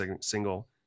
single